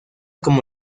como